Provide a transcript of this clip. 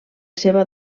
seva